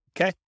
Okay